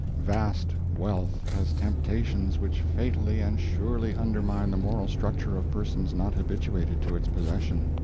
vast wealth has temptations which fatally and surely undermine the moral structure of persons not habituated to its possession.